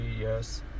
yes